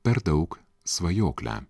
per daug svajoklę